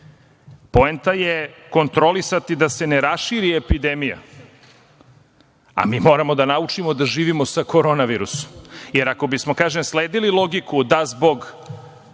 izbore? Poenta je kontrolisati da se ne raširi epidemija, a mi moramo da naučimo da živimo sa Koronavirusom, jer ako bismo, kažem, sledili logiku da zbog